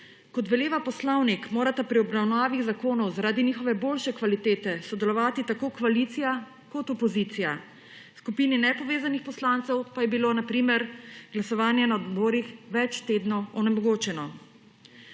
Kot veleva Poslovnik morata pri obravnavi zakonov zaradi njihove boljše kvalitete sodelovati tako koalicija kot opoziciji. Skupini nepovezanih poslancev pa je bilo na primer glasovanje na odborih več tednov onemogočeno.